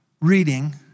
reading